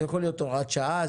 זאת יכולה להיות הוראת שעה,